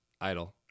idle